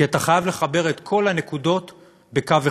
כי אתה חייב לחבר את כל הנקודות בקו אחד,